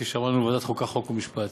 כפי שאמרנו, לוועדת החוקה, חוק ומשפט.